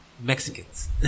Mexicans